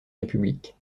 république